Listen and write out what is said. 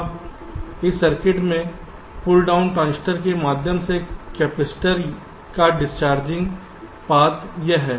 अब इस सर्किट में पुल डाउन ट्रांजिस्टर के माध्यम से कपैसिटर का डिसचार्जिंग पाथ यह है